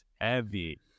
heavy